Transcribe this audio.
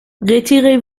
retirez